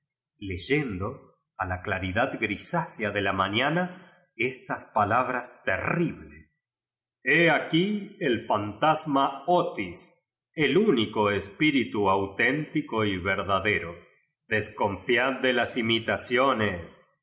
leyendo a la claridad grisácea de la ma ñana estas palabras terribles li aquí el fantasma otis el espíritu auténtico y verdadero desconfiad de las imitacionest